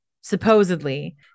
supposedly